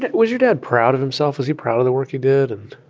but was your dad proud of himself? was he proud of the work he did and.